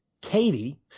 katie